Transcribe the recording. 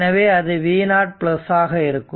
எனவே அது v0 ஆக இருக்கும்